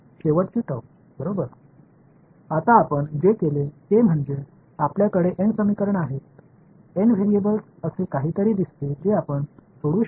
எனவே இப்போது நமக்கு N சமன்பாடு கிடைத்துவிட்டது N மாறிகள் நாம் தீர்க்கக்கூடிய ஒன்று போல் தெரிகிறது